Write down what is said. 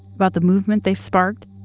about the movement they've sparked,